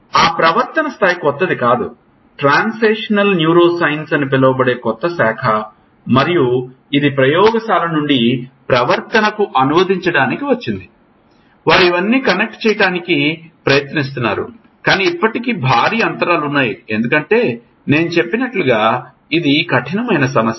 ఆ ప్రవర్తన స్థాయి కొత్తది కాదు ట్రాన్స్నేషనల్ న్యూరోసైన్స్ అని పిలువబడే కొత్త శాఖ మరియు ఇది ప్రయోగశాల నుండి ప్రవర్తనకు అనువదించడానికి వచ్చింది వారు ఇవన్నీ కనెక్ట్ చేయడానికి ప్రయత్నిస్తున్నారు కాని ఇప్పటికీ భారీ అంతరాలు ఉన్నాయి ఎందుకంటే నేను చెప్పినట్లుగా ఇది కఠినమైన సమస్య